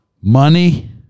Money